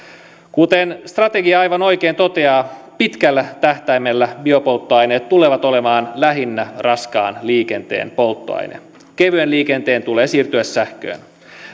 kuten strategia aivan oikein toteaa pitkällä tähtäimellä biopolttoaineet tulevat olemaan lähinnä raskaan liikenteen polttoaine kevyen liikenteen tulee siirtyä sähköön